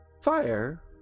Fire